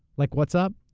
like what's up.